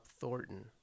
Thornton